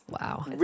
Wow